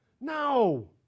no